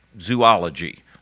zoology